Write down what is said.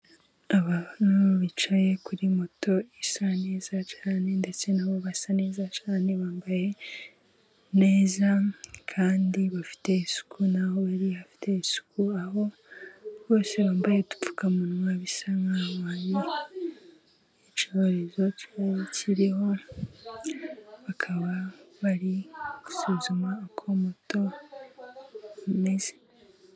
Abantu bicaye kuri moto isa neza cyane, ndetse nabo basa neza cyane. Bambaye neza kandi bafite isuku, n'aho bari hafite isuku, aho bose bambaye udupfukamunwa bisa nkaho hari icyorezo cyaba kiriho, bakaba bari gusuzuma ukuntu bimeze.